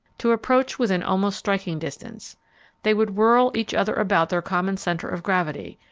to approach within almost striking distance they would whirl each other about their common center of gravity,